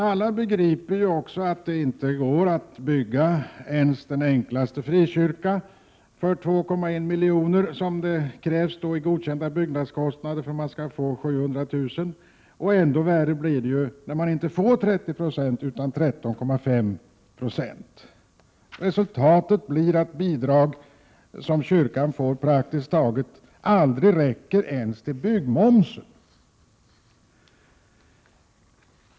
Alla begriper att det inte går att bygga ens den enklaste frikyrka för 2,1 miljoner, som krävs i godkända byggkostnader för att bidrag skall utgå med 700 000 kr. Ännu värre blir det när bidraget minskas från 30 90 till 13,5 96. Resultatet blir att kyrkans bidrag aldrig räcker ens till byggmomsen.